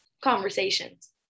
conversations